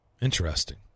Interesting